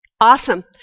awesome